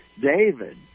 David